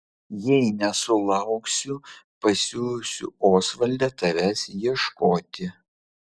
jei nesulauksiu pasiųsiu osvaldą tavęs ieškoti